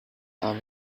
are